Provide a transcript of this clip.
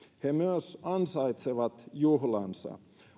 he myös ansaitsevat juhlansa